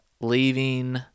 leaving